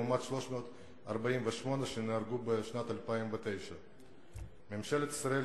לעומת 348 שנהרגו בשנת 2009. ממשלת ישראל